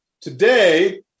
today